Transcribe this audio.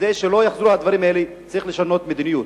כדי שלא יחזרו הדברים האלה צריך לשנות מדיניות.